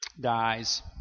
dies